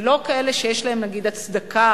ולא כאלה שיש להם נגיד הצדקה,